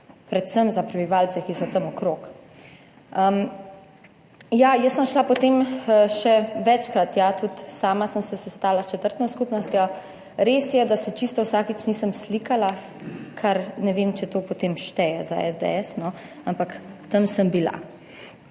predvsem za prebivalce, ki so tam okrog. Ja, jaz sem šla potem še večkrat, ja, tudi sama sem se sestala s četrtno skupnostjo. Res je, da se čisto vsakič nisem slikala, kar ne vem, če to, potem šteje za SDS, ampak tam sem bila.